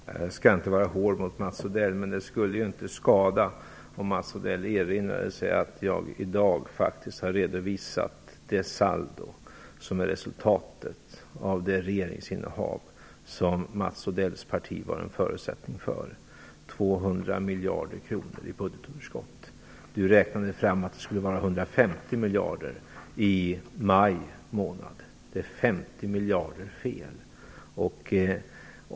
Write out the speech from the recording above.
Herr talman! Jag skall inte vara hård mot Mats Odell. Men det skulle inte skada om Mats Odell erinrade sig att jag i dag har redovisat det saldo som är resultatet av det regeringsinnehav som Mats Odells parti var en förutsättning för: 200 miljarder i budgetunderskott. Ni räknade fram i maj månad att det skulle bli 150 miljarder. Det är 50 miljarder fel.